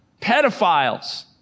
pedophiles